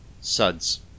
Suds